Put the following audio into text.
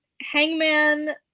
Hangman